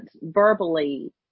verbally –